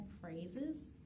phrases